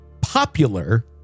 popular